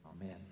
Amen